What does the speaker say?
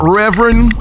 reverend